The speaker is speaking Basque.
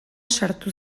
sartu